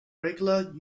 regular